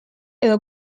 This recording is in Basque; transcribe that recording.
edo